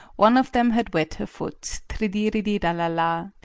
one of them had wet her foot, tridiridi-ralla-la.